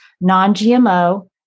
non-GMO